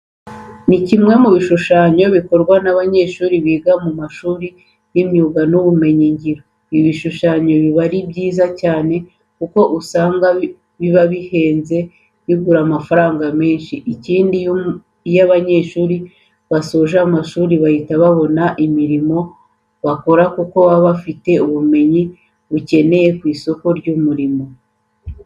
Iki ni kimwe mu bishushanyo bikorwa n'abanyeshuri biga mu mashuri y'imyuga n'ubumenyingiro. Ibi bishusanyo biba ari byiza cyane kuko usanga biba bihenze bigura amafaranga menshi. Ikindi iyo aba banyeshuri basoje amashuri bahita babona imirimo bakora kuko baba bafite ubumenyi bukenewe ku isoko ry'umurimo.